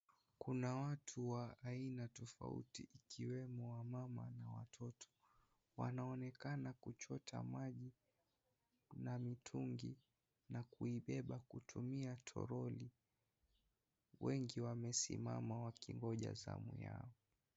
Kuna watu wa aina tofauti ikiwemo wamama na watoto, wanaonekana kuchota maji na mtungi na kuibeba kutumia toroli. Wengi wamesimama wakingoja zamu Yao.